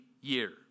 year